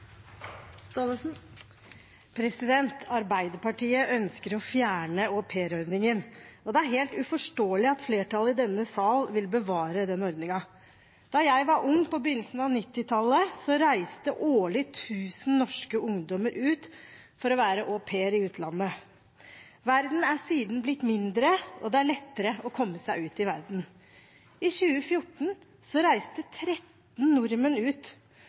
helt uforståelig at flertallet i denne sal vil bevare ordningen. Da jeg var ung på begynnelsen av 1990-tallet, reiste årlig 1 000 norske ungdommer ut for å være au pair i utlandet. Verden er siden blitt mindre, og det er lettere å komme seg ut i verden. I 2014 reiste 13 nordmenn ut